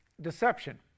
deception